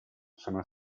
sono